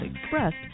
expressed